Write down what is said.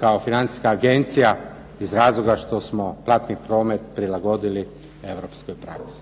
kao Financijska agencija iz razloga što smo platni promet prilagodili europskoj praksi.